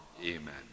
Amen